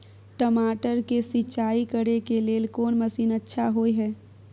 टमाटर के सिंचाई करे के लेल कोन मसीन अच्छा होय है